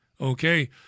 Okay